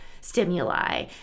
stimuli